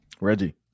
Reggie